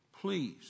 please